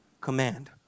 command